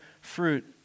fruit